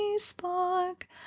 Spark